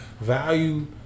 value